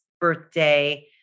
birthday